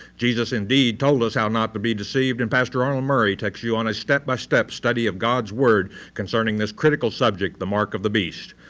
jesus indeed told us how not to be deceived, and pastor arnold murray takes you on a step by step study of god's word concerning this critical subject, the mark of the beast.